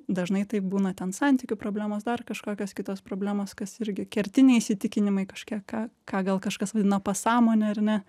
dažnai taip būna ten santykių problemos dar kažkokios kitos problemos kas irgi kertiniai įsitikinimai kažkokie ką ką gal kažkas vadina pasąmone ar ne